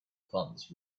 funds